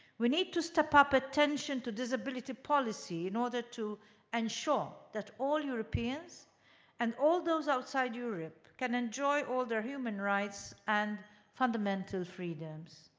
we need to step up attention to disability policy in order to ensure that all europeans and all those outside europe can enjoy all their human rights and fundamental freedoms.